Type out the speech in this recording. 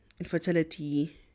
Infertility